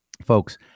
folks